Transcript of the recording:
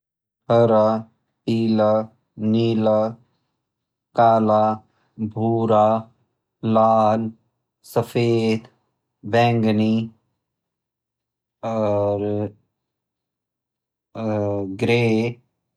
हरा पीला नीला काला भूरा लाल सफेद बैंगनी और ग्रे।